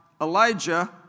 Elijah